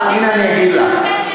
הנה, אני אגיד לך.